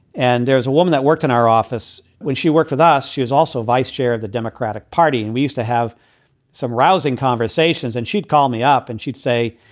and there's a woman that worked in our office when she worked with us. she was also vice chair of the democratic party. and we used to have some rousing conversations. and she'd call me up and she'd say,